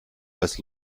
als